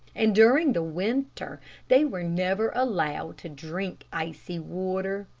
and during the winter they were never allowed to drink icy water.